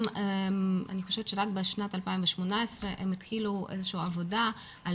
רק בשנת 2018 הם התחילו איזושהי עבודה על